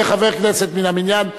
כחבר כנסת מן המניין,